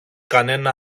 κανένα